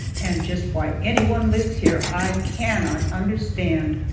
and just why anyone lives here i cannot understand.